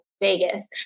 Vegas